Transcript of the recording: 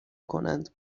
کنند